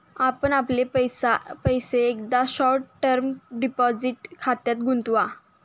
आपण आपले पैसे एकदा शॉर्ट टर्म डिपॉझिट खात्यात गुंतवा